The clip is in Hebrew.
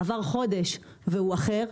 עבר חודש והוא אחר.